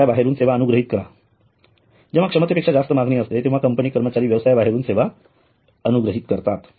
व्यवसाय बाहेरून सेवा अनुग्रहित करा जेंव्हा क्षमतेपेक्षा मागणी जास्त असते तेंव्हा कंपनी कर्मचारी व्यवसायाबाहेरून सेवा अनुग्रहित करतात